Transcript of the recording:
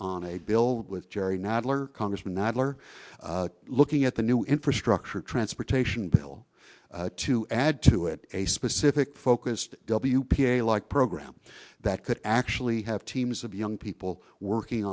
on a bill with jerry nadler congressman nadler looking at the new infrastructure transportation bill to add to it a specific focused w p a like program that could actually have teams of young people working